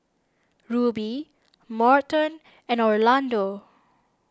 Rubie Morton and Orlando